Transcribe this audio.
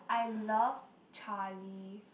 I loved Charlie